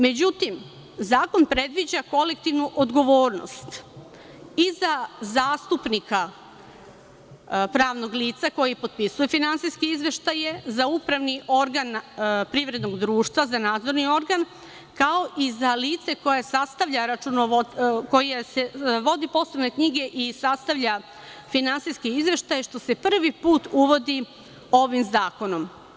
Međutim, zakon predviđa kolektivnu odgovornost i za zastupnika pravnog lica koji potpisuje finansijske izveštaje, za upravni organ privrednog društva, za nadzorni organ, kao i za lice koje vodi poslovne knjige i sastavlja finansijski izveštaj, što se prvi put uvodi ovim zakonom.